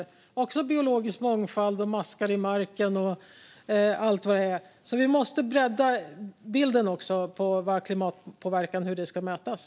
Det handlar också om biologisk mångfald, maskar i marken och allt vad det är. Vi måste alltså bredda bilden av hur klimatpåverkan ska mätas.